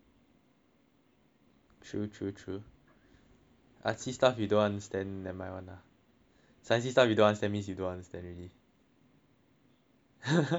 true true true artsy stuff you don't understand then might want ah science stuff you don't understand means you don't understand really